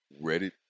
Reddit